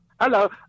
Hello